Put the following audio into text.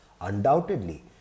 Undoubtedly